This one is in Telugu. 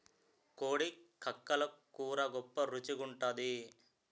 కోడి కక్కలు కూర గొప్ప రుచి గుంటాది